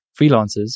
freelancers